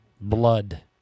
blood